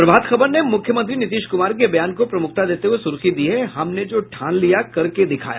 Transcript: प्रभात खबर ने मुख्यमंत्री नीतीश कुमार के बयान को प्रमुखता देते हुये सुर्खी दी है हमने जो ठान लिया करके दिखाया